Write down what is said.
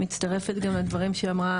מצטרפת גם לדברים שאמרה